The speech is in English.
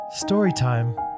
Storytime